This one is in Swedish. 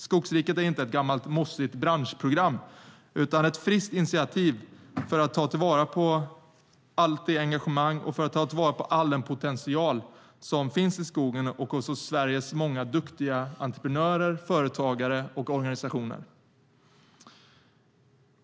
Skogsriket är inte ett gammalt mossigt branschprogram utan ett friskt initiativ för att ta till vara allt det engagemang och all den potential som finns i skogen och hos Sveriges många duktiga entreprenörer, företagare och organisationer.